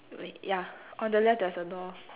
wait yeah on the left there's a door